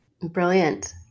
Brilliant